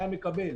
היה מקבל,